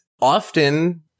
often –